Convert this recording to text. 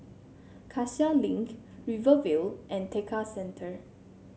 Cassia Link Rivervale and Tekka Centre